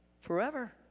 forever